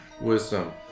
Wisdom